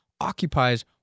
occupies